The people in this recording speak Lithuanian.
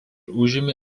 užėmė